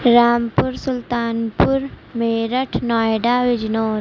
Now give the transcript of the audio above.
Rampur Sultanpur Meerut Noida Bijnor